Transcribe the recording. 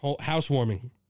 housewarming